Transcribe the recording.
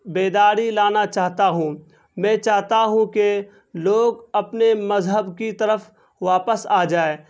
بیداری لانا چاہتا ہوں میں چاہتا ہوں کہ لوگ اپنے مذہب کی طرف واپس آ جائے